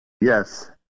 yes